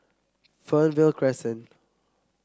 Fernvale Crescent